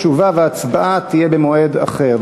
תשובה והצבעה יהיו במועד אחר.